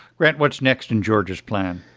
grant, what's next in georgia's plan?